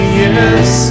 yes